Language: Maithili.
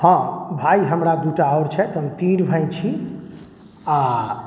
हँ भाय हमरा दूटा आओर छथि हम तीन भाय छी आओर